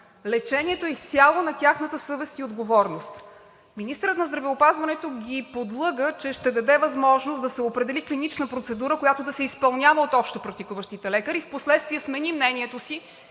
Лечението е изцяло на тяхната съвест и отговорност. Министърът на здравеопазването ги подлъга, че ще даде възможност да се определи клинична процедура, която да се изпълнява от общопрактикуващите лекари. Впоследствие си смени мнението и